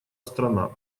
страна